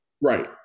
Right